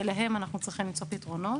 ולהם אנחנו צריכים למצוא פתרונות,